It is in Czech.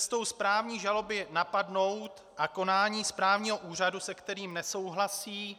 cestou správní žaloby napadnout konání správního úřadu, se kterým nesouhlasí.